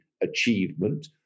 achievement